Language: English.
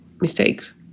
mistakes